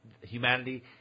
humanity